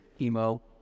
emo